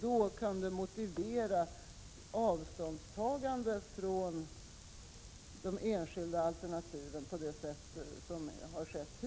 Då kunde han motivera avståndstagandet från de enskilda alternativen hittills.